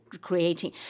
creating